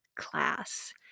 class